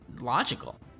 logical